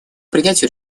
принятию